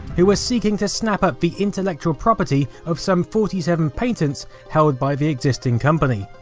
who were seeking to snap up the intellectual property of some forty seven patents held by the existing company.